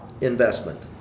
investment